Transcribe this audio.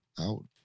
out